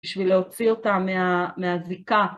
בשביל להוציא אותה מהזיקה.